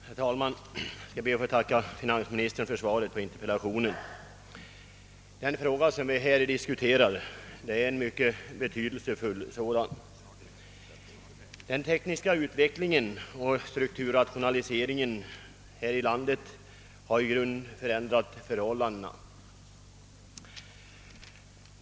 Herr talman! Jag ber att få tacka finansministern för svaret på min interpellation. Den fråga vi nu diskuterar är mycket betydelsefull. Den tekniska utvecklingen och <strukturrationaliseringen: här i landet har i grunden förändrat förhållandena.